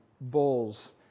bulls